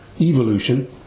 evolution